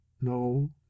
No